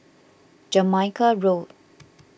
Jamaica Road